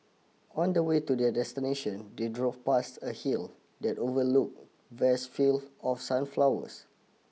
on the way to their destination they drove past a hill that overlooked vast field of sunflowers